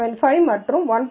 075 மற்றும் 1